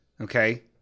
Okay